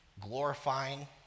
glorifying